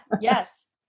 Yes